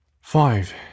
Five